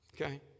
Okay